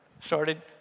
started